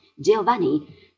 Giovanni